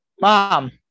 Mom